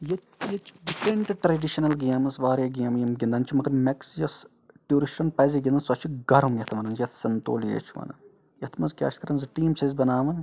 ییٚتہِ ییٚتہِ چھ ڈِفرنٛٹ ٹریٚڈِشنَل گیمٕز واریاہ گیمہٕ یِم گِنٛدان چھِ مگر میٚکس یۄس ٹوٗرِشٹَن پَزِ گِنٛدُن سۄ چھِ گَرم یَتھ وَنَان چھِ یَتھ سَنتولیے چھِ وَنَان یَتھ منٛز کیٛاہ چھِ کَران زٕ ٹیٖم چھِ أسۍ بَناوَان